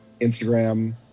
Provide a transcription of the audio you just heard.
Instagram